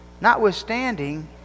notwithstanding